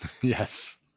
Yes